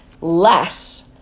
less